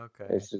Okay